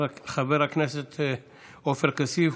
חבר הכנסת עופר כסיף.